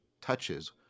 touches